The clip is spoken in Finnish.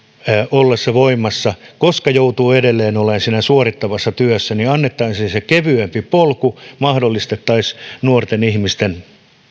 ollessa voimassa koska joutuu edelleen olemaan siinä suorittavassa työssä ja annettaisiin se kevyempi polku ja mahdollistettaisiin nuorten ihmisten